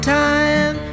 time